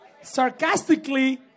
sarcastically